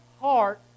heart